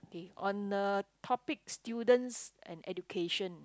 okay on the topic students and education